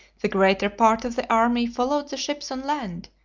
the greater part of the army followed the ships on land,